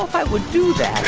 if i would do that